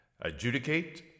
adjudicate